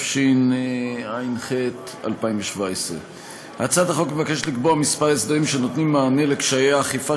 התשע"ח 2017. בהצעת החוק מוצע לקבוע כמה הסדרים שייתנו מענה לקשיי האכיפה